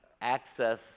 access